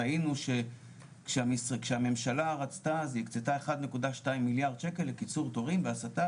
ראינו שכשהממשלה רצתה אז היא הקצתה 1.2 מיליארד שקל לקיצור תורים והסטה